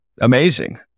Amazing